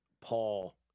Paul